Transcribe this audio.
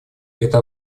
это